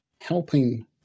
helping